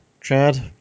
Chad